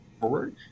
forward